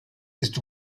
ist